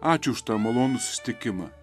ačiū už tą malonų susitikimą